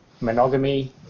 monogamy